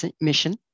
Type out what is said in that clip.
mission